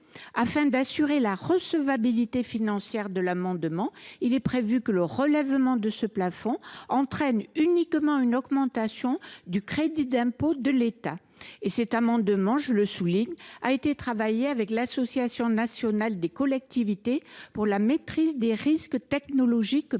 Afin d’assurer la recevabilité financière de cet amendement, il est prévu que le relèvement de ce plafond entraîne uniquement une augmentation du crédit d’impôt de l’État. Cet amendement a été travaillé avec l’Association nationale des collectivités pour la maîtrise des risques technologiques majeurs